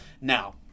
Now